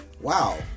wow